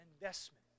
investment